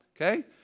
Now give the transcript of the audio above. okay